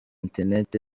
internet